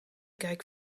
kijk